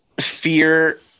fear